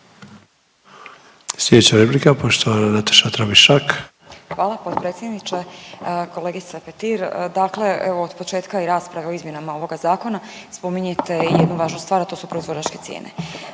Tramišak. **Tramišak, Nataša (HDZ)** Hvala potpredsjedniče. Kolegice Petir, dakle od početka i rasprave o izmjenama ovoga zakona spominjete i jednu važnu stvar, a to su proizvođačke cijene.